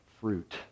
fruit